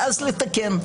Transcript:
ואז לתקן.